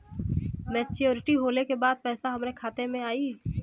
Maturity होले के बाद पैसा हमरे खाता में आई?